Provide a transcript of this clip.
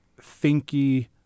thinky